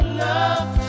love